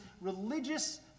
religious